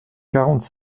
quarante